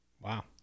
Wow